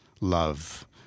love